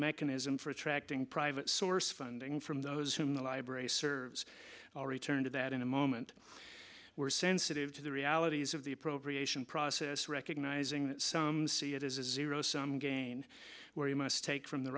mechanism for attracting private source funding from those whom the library serves all return to that in a moment we're sensitive to the realities of the appropriation process recognizing that some see it as a zero sum gain where you must take from the